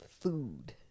Food